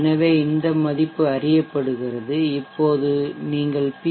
எனவே இந்த மதிப்பு அறியப்படுகிறது இப்போது நீங்கள் பி